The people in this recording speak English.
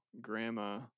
grandma